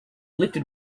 lifted